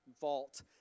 vault